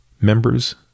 Members